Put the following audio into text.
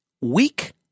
weak